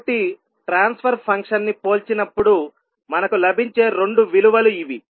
కాబట్టి ట్రాన్స్ఫర్ ఫంక్షన్ను పోల్చినప్పుడు మనకు లభించే రెండు విలువలు ఇవి